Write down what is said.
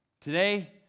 Today